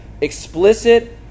explicit